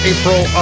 April